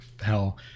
hell